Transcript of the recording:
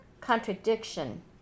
contradiction